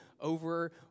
over